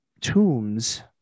Tombs